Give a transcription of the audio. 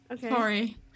Sorry